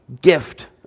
gift